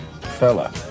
fella